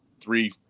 three